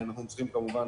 אנחנו צריכים, כמובן,